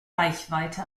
reichweite